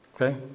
Okay